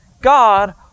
God